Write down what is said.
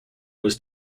was